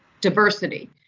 diversity